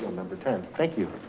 number ten, thank you.